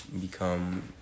become